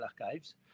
archives